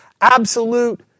absolute